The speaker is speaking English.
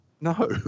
no